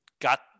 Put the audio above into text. got